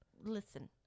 listen